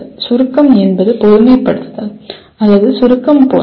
சுருக்கம் என்பது பொதுமைப்படுத்தல் அல்லது சுருக்கம் போன்றது